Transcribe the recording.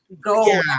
go